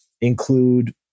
include